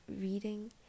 reading